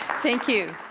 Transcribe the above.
thank you.